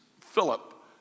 Philip